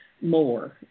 more